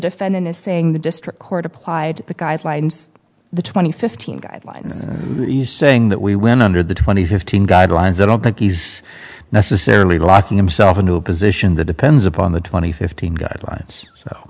defendant is saying the district court applied the guidelines the twenty fifteen guidelines saying that we went under the twenty fifteen guidelines i don't think he's necessarily locking himself a new position that depends upon the twenty fifteen guidelines